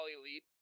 Elite